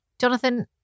Jonathan